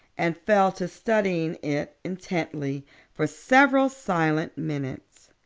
and fell to studying it intently for several silent minutes.